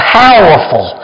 powerful